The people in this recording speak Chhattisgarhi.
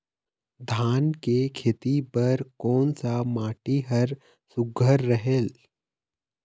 धान के खेती बर कोन सा माटी हर सुघ्घर रहेल?